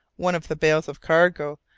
one of the bales of cargo,